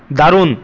দারুন